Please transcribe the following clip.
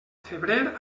febrer